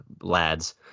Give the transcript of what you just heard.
lads